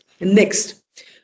Next